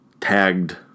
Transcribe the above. tagged